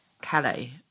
Calais